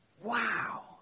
Wow